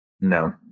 No